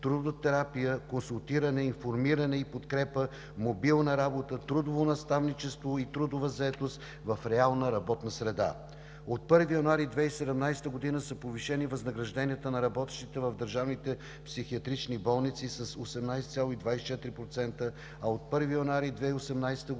трудотерапия, консултиране, информиране и подкрепа, мобилна работа, трудово наставничество и трудова заетост в реална работна среда. - От 1 януари 2017 г. са повишени възнагражденията на работещите в държавните психиатрични болници с 18,24%, а от 1 януари 2018 г.